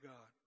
God